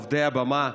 עובדי במה,